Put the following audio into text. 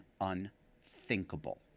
unthinkable